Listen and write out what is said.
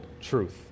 truth